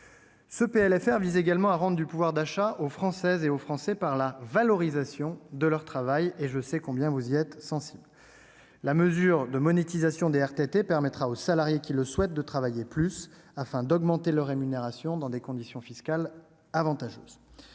Ce PLFR vise également à rendre du pouvoir d'achat aux Français par la valorisation de leur travail. Je sais combien vous y êtes sensibles. La mesure de monétisation des RTT permettra aux salariés qui le souhaitent de travailler plus afin d'augmenter leur rémunération, dans des conditions fiscales avantageuses.